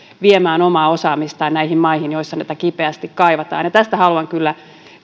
viemään omaa osaamistaan näihin maihin joissa näitä kipeästi kaivataan ja tästä haluan kyllä